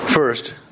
First